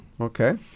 Okay